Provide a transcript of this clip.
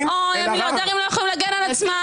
אוי, המיליארדרים לא יכולים להגן על עצמם.